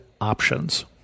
options